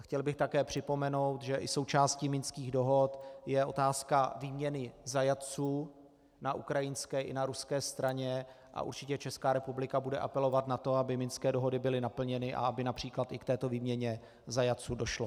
Chtěl bych také připomenout, že součástí minských dohod je otázka výměny zajatců na ukrajinské i na ruské straně a určitě Česká republika bude apelovat na to, aby minské dohody byly naplněny a aby např. i k této výměně zajatců došlo.